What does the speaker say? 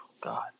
God